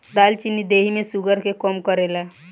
दालचीनी देहि में शुगर के कम करेला